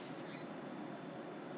真的 meh eh 不错 leh